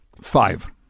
Five